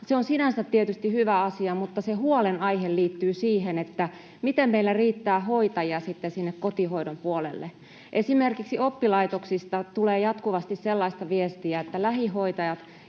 on sinänsä tietysti hyvä asia, mutta se huolenaihe liittyy siihen, miten meillä sitten riittää hoitajia kotihoidon puolelle. Esimerkiksi oppilaitoksista tulee jatkuvasti sellaista viestiä, että lähihoitajat